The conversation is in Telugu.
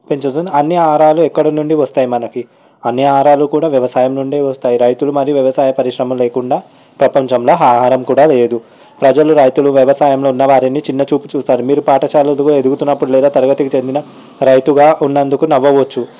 పెంచుతుంది అన్ని ఆరాలు ఎక్కడ నుండి వస్తాయి మనకి అన్ని ఆరాలు కూడా వ్యవసాయం నుండే వస్తాయి రైతులు మరియు వ్యవసాయ పరిశ్రమ లేకుండా ప్రపంచంలో ఆహారం కూడా లేదు ప్రజలు రైతులు వ్యవసాయంలో ఉన్న వారిని చిన్నచూపు చూస్తారు మీరు పాఠశాలలు ఎదుగుతున్నప్పుడు లేదా తరగతి చెందిన రైతుగా ఉన్నందుకు నవ్వవచ్చు